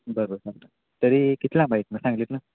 बरं बरं तरी किती लांब आहे इथून सांगलीतून